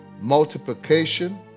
Multiplication